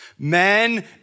Men